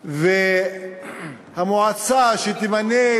והמועצה, שתמנה